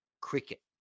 cricket